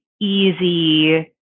easy